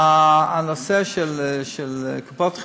החינוך וההסברה בציבור הכללי, אבל במיקוד בציבור